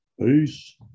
Peace